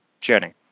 journey